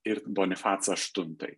ir bonifacą aštuntąjį